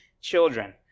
children